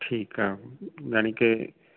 ਠੀਕ ਆ ਜਾਣੀ ਕਿ